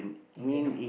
okay